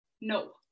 No